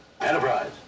Enterprise